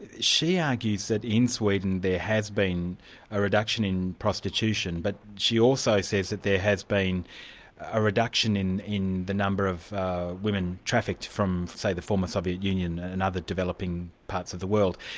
she argues that in sweden there has been a reduction in prostitution, but she also says that there has been a reduction in in the number of women trafficked from say the former soviet union and other developing parts of the world,